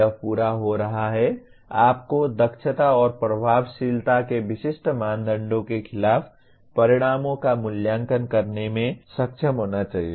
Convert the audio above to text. यह पूरा हो रहा है आपको दक्षता और प्रभावशीलता के विशिष्ट मानदंडों के खिलाफ परिणामों का मूल्यांकन करने में सक्षम होना चाहिए